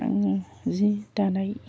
आङो जि दानाय